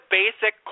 basic